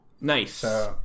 Nice